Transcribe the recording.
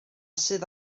sydd